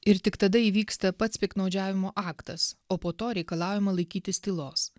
ir tik tada įvyksta pats piktnaudžiavimo aktas o po to reikalaujama laikytis tylos